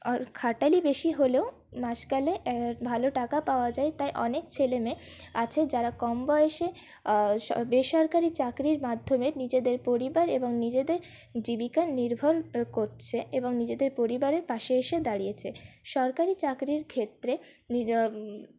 খাটালি বেশী হলেও মাস গেলে ভালো টাকা পাওয়া যায় তাই অনেক ছেলে মেয়ে আছে যারা কমবয়সে বেসরকারি চাকরির মাধ্যমে নিজেদের পরিবার এবং নিজেদের জীবিকা নির্ভর করছে এবং নিজেদের পরিবারের পাশে এসে দাঁড়িয়েছে সরকারি চাকরির ক্ষেত্রে